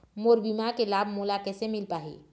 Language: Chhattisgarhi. मोर बीमा के लाभ मोला कैसे मिल पाही?